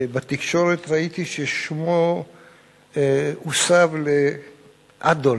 וראיתי בתקשורת ששמו הוסב לאדולף,